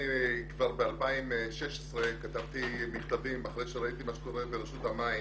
כבר ב-2016 כתבתי מכתבים אחרי שראיתי מה שקורה ברשות המים.